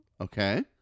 okay